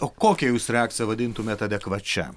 o kokią jūs reakciją vadintumėt adekvačia